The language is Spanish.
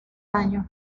año